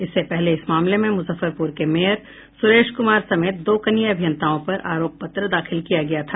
इससे पहले इस मामले में मुजफ्फरपुर के मेयर सुरेश कुमार समेत दो कनीय अभियंताओं पर आरोप पत्र दाखिल किया गया था